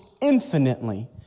infinitely